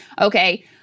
Okay